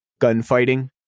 gunfighting